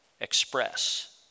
express